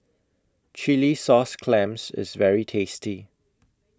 Chilli Sauce Clams IS very tasty